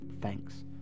Thanks